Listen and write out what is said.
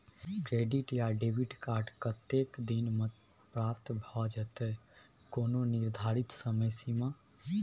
Credit या debit card कत्ते दिन म प्राप्त भ जेतै, कोनो निर्धारित समय सीमा?